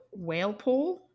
Whalepool